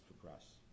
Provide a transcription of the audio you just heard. progress